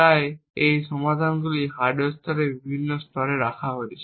তাই এই সমাধানগুলি হার্ডওয়্যার স্তরে বিভিন্ন স্তরে করা হয়েছে